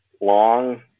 long